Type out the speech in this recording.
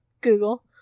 Google